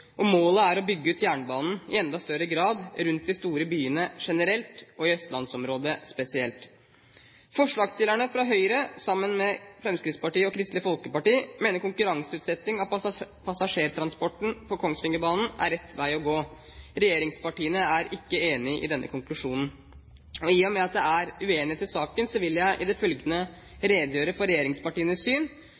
og målet er å bygge ut jernbanen i enda større grad rundt de store byene generelt og i østlandsområdet spesielt. Forslagsstillerne fra Høyre, sammen med Fremskrittspartiet og Kristelig Folkeparti, mener konkurranseutsetting av passasjertransporten på Kongsvingerbanen er rett vei å gå. Regjeringspartiene er ikke enig i denne konklusjonen. I og med at det er uenighet i denne saken, vil jeg i det følgende redegjøre for regjeringspartienes syn.